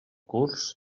curs